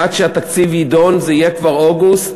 עד שהתקציב יידון יהיה כבר אוגוסט